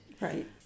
right